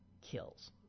kills